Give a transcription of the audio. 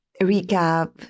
recap